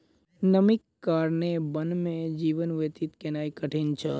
नमीक कारणेँ वन में जीवन व्यतीत केनाई कठिन छल